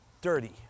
dirty